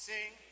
Sing